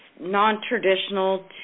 non-traditional